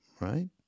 right